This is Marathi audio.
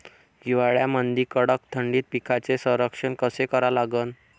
हिवाळ्यामंदी कडक थंडीत पिकाचे संरक्षण कसे करा लागन?